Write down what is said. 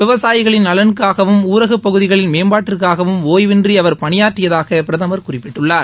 விவசாயிகளின் நலனுக்காகவும் ஊரக பகுதிகளின் மேம்பாட்டிற்காகவும் ஓய்வின்றி அவர் பணியாற்றியதாக பிரதம் குறிப்பிட்டுள்ளார்